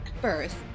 first